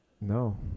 No